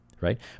right